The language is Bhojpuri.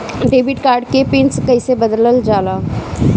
डेबिट कार्ड के पिन कईसे बदलल जाला?